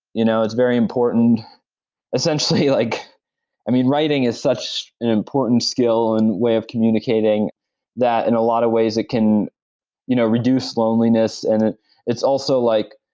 you know it's very important essentially like i mean, writing is such an important skill and way of communicating that in a lot of ways it can you know reduce loneliness. and it's also like,